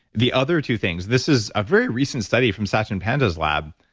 the other two things. this is a very recent study from satchin panda's lab,